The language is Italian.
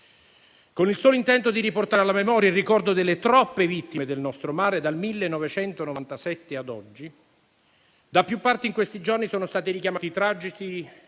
Con il solo intento di riportare alla memoria il ricordo delle troppe vittime del nostro mare, dal 1997 ad oggi, da più parti in questi giorni sono stati richiamati i tragici